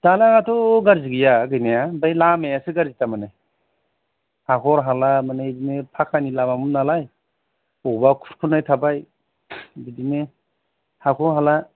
दालांआथ' गाज्रि गैया गैनाया ओमफ्राइ लामायासो गाज्रिथार माने हाखर हाला मानि बिदिनो फाखानि लामामोन नालाय अबावबा खुरख'नाय थाबाय बिदिनो हाखर लाहा